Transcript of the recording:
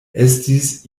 estis